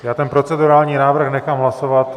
Já ten procedurální návrh nechám hlasovat.